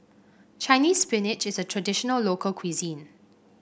Chinese Spinach is a traditional local cuisine